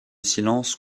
silence